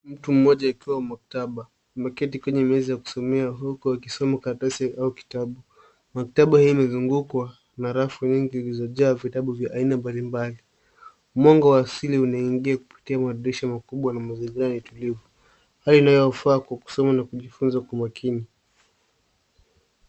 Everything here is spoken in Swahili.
Mtu mmoja akiwa maktaba ameketi katika meza ya kusomea huku akisoma karatasi aua kitabu. Maktaba hii imezungukwa na rafu nyingi zilizojaa vitabu vya aina mbalimbali. Mwanga wa aili unaingia kupitia madirisha makubwa na mazingira ni tulivu, hali inayofaa kwa kusoma na kujifunza kwa makini.